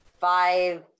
five